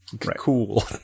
Cool